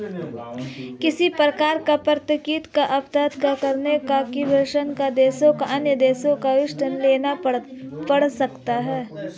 किसी प्रकार की प्राकृतिक आपदा के कारण विकासशील देशों को अन्य देशों से ऋण लेना पड़ सकता है